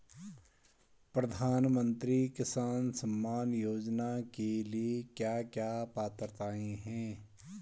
प्रधानमंत्री किसान सम्मान योजना के लिए क्या क्या पात्रताऐं हैं?